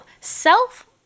self